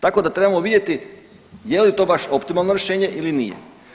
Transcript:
Tako da trebamo vidjeti je li to baš optimalno rješenje ili nije.